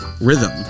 rhythm